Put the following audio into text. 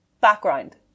Background